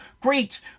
great